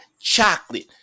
chocolate